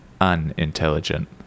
unintelligent